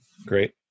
Great